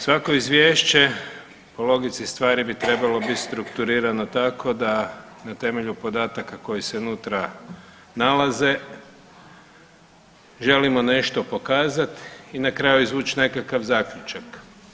Svako izvješće po logici stvari bi trebalo biti strukturirano tako da na temelju podataka koji se unutra nalaze želimo nešto pokazati i na kraju izvući nekakav zaključak.